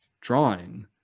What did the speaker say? drawing